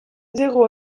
zéro